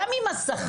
גם עם השכר,